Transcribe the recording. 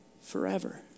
forever